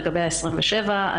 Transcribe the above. לגבי ה-27,